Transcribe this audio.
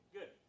Good